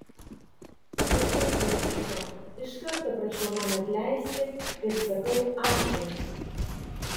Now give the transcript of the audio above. jei taip nutiko iš karto prašau man atleisti ir sakau ačiū